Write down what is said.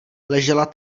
ležela